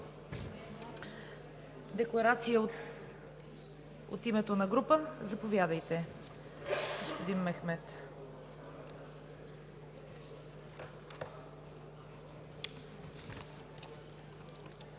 Декларация от името на група. Заповядайте, господин Мехмед. ЕРОЛ